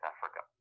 Africa